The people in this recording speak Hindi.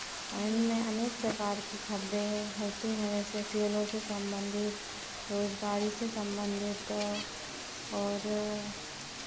और इनमें अनेक प्रकार की खबरें होती हैं जैसे खेलों से सम्बन्धित रोजगारी से सम्बन्धित और